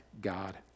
God